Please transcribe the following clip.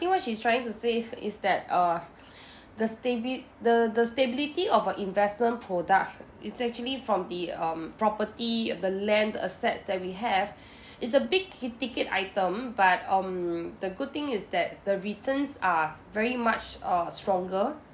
think what she's trying to say is that uh the stabi~ the the stability of a investment product is actually from the um property uh the land assets that we have it's a big ticket item but um the good thing is that the returns are very much uh stronger